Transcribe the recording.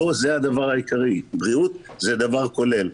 לא זה הדבר העיקרי, בריאות זה דבר כולל.